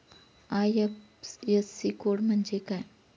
IFSC code म्हणजे काय?